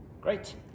Great